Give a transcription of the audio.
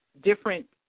different